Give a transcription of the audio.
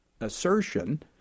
assertion